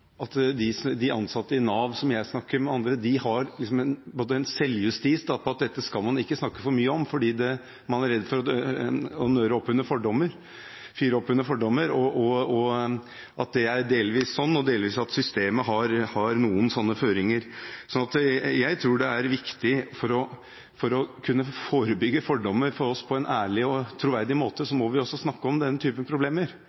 at de ansatte i Nav som jeg snakker med, og andre liksom har en selvjustis – dette skal man ikke snakke for mye om. Man er redd for å nøre opp under fordommer. Det er delvis sånn, og delvis har systemet noen sånne føringer. Jeg tror det er viktig at for å kunne forebygge fordommer på en ærlig og troverdig måte må vi også snakke om den typen problemer.